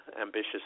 ambitious